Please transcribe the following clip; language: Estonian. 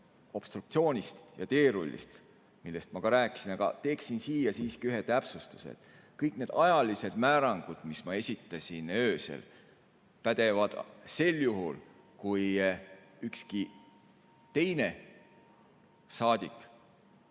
obstruktsioonist ja teerullist, millest ma rääkisin. Aga teeksin siia siiski ühe täpsustuse. Kõik need ajalised määrangud, mis ma esitasin öösel, pädevad sel juhul, kui ükski teine saadik